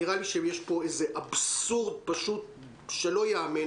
נראה לי שיש פה איזה אבסורד פשוט שלא ייאמן.